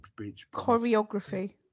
Choreography